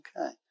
Okay